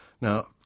Now